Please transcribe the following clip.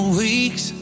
weeks